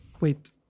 Wait